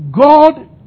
God